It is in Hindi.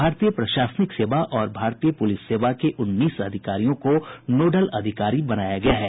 भारतीय प्रशासनिक सेवा और भारतीय पुलिस सेवा के उन्नीस अधिकारियों को नोडल अधिकारी बनाया गया है